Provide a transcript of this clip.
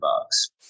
bucks